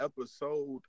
episode